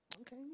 Okay